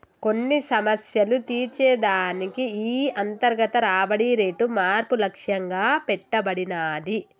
కొన్ని సమస్యలు తీర్చే దానికి ఈ అంతర్గత రాబడి రేటు మార్పు లక్ష్యంగా పెట్టబడినాది